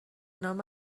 نام